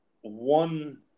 one